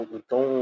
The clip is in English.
Então